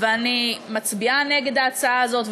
ואני מצביעה נגד ההצעה הזאת,